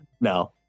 No